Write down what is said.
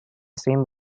same